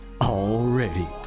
already